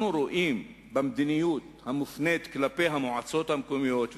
אנחנו רואים במדיניות המופנית כלפי המועצות המקומיות,